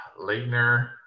Leitner